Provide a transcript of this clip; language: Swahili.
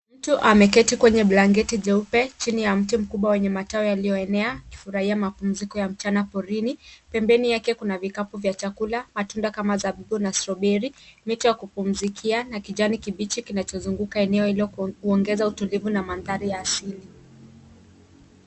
Mtu ameketi kwa blanketi jeupe chini ya mti mkubwa wenye matawi yaliyoenea akifurahia pumziko la mchana porini. Pembeni yake kuna vikapu vya chakula matunda kama zabibu na strawberry , miti ya kupumzikia na kijani kibichi kinachozunguka eneo hilo kuongeza utulivu na mandhari ya asili.